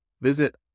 Visit